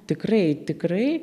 tikrai tikrai